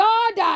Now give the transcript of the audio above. God